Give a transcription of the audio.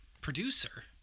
producer